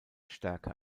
stärke